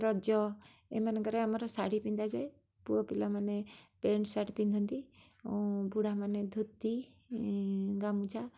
ରଜ ଏମାନଙ୍କରେ ଆମର ଶାଢ଼ୀ ପିନ୍ଧାଯାଏ ପୁଅ ପିଲାମାନେ ପ୍ୟାଣ୍ଟ ସାର୍ଟ ପିନ୍ଧନ୍ତି ଓ ବୁଢ଼ାମାନେ ଧୋତି ଗାମୁଛା